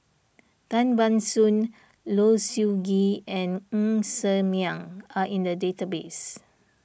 Tan Ban Soon Low Siew Nghee and Ng Ser Miang are in the database